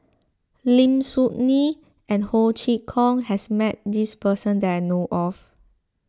Lim Soo Ngee and Ho Chee Kong has met this person that I know of